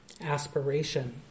aspiration